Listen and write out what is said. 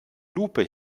lupe